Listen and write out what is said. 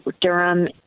Durham